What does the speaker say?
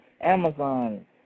Amazon